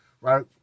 right